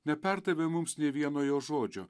neperdavė mums nė vieno jo žodžio